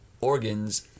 organs